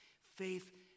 Faith